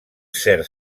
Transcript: cert